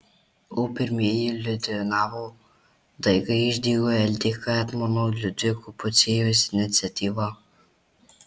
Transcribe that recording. o pirmieji liudvinavo daigai išdygo ldk etmono liudviko pociejaus iniciatyva